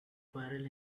viral